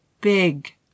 big